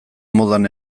modan